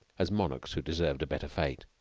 as monarchs who deserved a better fate